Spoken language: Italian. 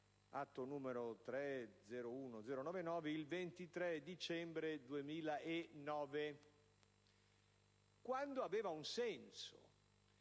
il 22 dicembre 2009, quando aveva un senso,